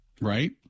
Right